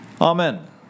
Amen